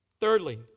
Thirdly